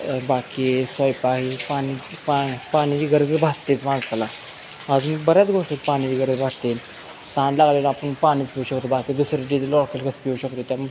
बाकी सोयपाई पाण्याची पा पाण्याची गरज ही भासतेच माणसाला अजून बऱ्याच गोष्टीत पाण्याची गरज भासेल तहान लागले तर आपण पाणीच पिऊ शकतो बाकी दुसरं चीज लॉकेल कसं पिऊ शकतो त्यामुळे